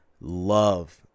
love